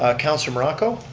ah councilor morocco?